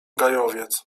gajowiec